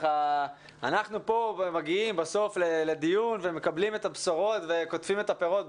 אנחנו פה מגיעים בסוף לדיון ומקבלים את הבשורות וקוטפים את הפירות.